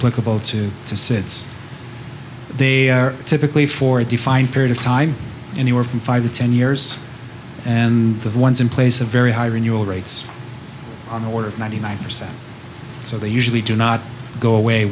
lickable to sits they are typically for a defined period of time anywhere from five to ten years and the ones in place a very high renewal rates on the order of ninety nine percent so they usually do not go away